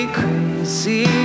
crazy